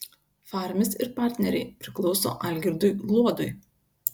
farmis ir partneriai priklauso algirdui gluodui